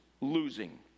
losing